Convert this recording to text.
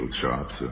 chops